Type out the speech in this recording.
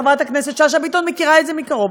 חברת הכנסת שאשא ביטון מכירה את זה מקרוב,